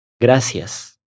gracias